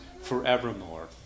forevermore